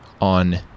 on